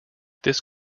this